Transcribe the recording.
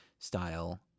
style